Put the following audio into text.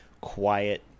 quiet